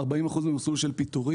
40 אחוזים מהם במסלול של פיטורים.